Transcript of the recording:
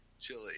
chili